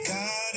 God